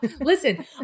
listen